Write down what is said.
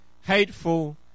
hateful